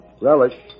Relish